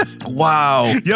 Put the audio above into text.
Wow